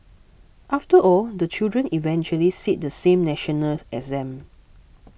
after all the children eventually sit the same national exam